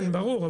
כן, ברור.